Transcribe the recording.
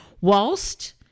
whilst